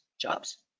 jobs